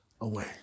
away